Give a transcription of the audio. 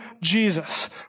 Jesus